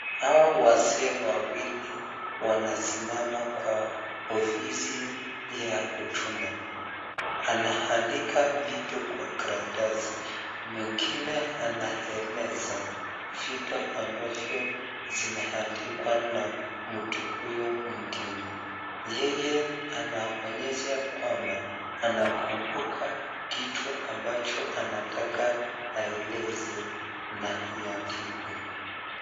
Hawa wazee wawili wanasimama kwa ofisi ya kutuma. Anaandika vitu kwa karatasi mwengine anaeleza vitu ambavyo zinaandikwa na mtu huyu mwengine. Yeye anaonyesha kwamba anakumbuka kitu ambacho anataka aeleze na iandikwe.